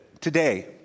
today